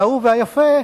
והאהוב והיפה,